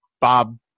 Bob